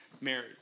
married